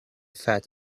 fat